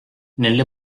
nelle